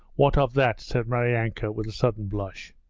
what of that said maryanka with a sudden blush.